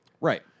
Right